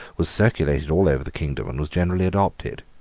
was circulated all over the kingdom, and was generally adopted.